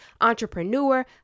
Entrepreneur